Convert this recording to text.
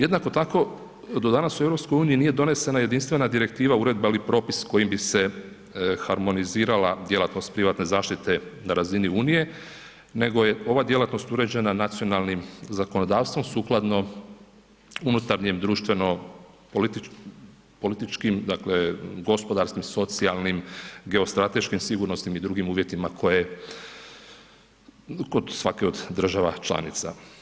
Jednako tako, do danas u EU, nije donesena jedinstvena direktiva, uredba ili propis, kojim bi se hramonizirala djelatnost privatne zaštite na razini Unije, nego je ova djelatnost uređena nacionalnim zakonodavstvom, sukladno unutarnje društveno, političkim, dakle, gospodarskim, socijalnim, geostrateškim sigurnosnim i drugim uvjetima koje kod svakih od država članica.